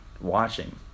watching